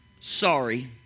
Sorry